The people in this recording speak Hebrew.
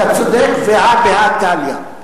אתה צודק, והא בהא תליא.